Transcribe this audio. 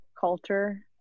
culture